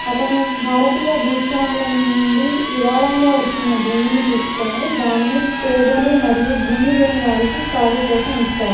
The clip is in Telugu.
అతను భారతీయ భూస్వాముల నుండి విరాళంగా వచ్చిన భూమిని తీసుకుని దానిని పేదలు మరియు భూమి లేని వారికి సాగు కోసం ఇచ్చాడు